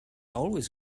always